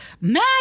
mad